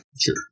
Sure